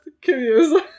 curious